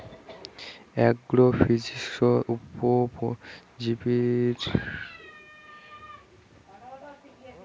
agrophysics উপজীব্য বিষয়গুলাত হসে জৈবিক পদার্থ, বায়োটোপ